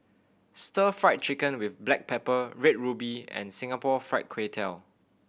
Stir Fried Chicken with black pepper Red Ruby and Singapore Fried Kway Tiao